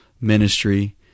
ministry